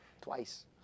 twice